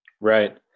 Right